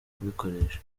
kubikoresha